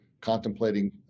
contemplating